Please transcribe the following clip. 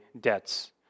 debts